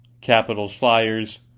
Capitals-Flyers